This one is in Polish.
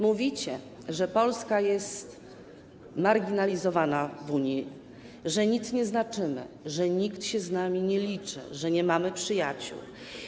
Mówicie, że Polska jest marginalizowana w Unii, że nic nie znaczymy, że nikt się z nami nie liczy, że nie mamy przyjaciół.